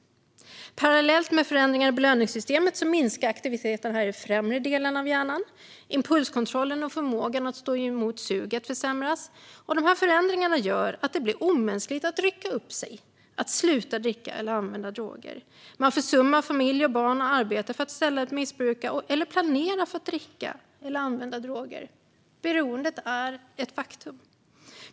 Parallellt med förändringarna i belöningssystemet minskar även aktiviteten i den främre delen av hjärnan. Impulskontrollen och förmågan att stå emot suget försämras, och dessa förändringar i hjärnan gör det omänskligt svårt att rycka upp sig och sluta dricka eller använda droger. Man försummar familj, barn och arbete för att i stället missbruka - eller planera för att dricka eller använda droger. Beroendet är ett faktum.